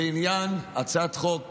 לעניין הצעת החוק